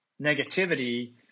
negativity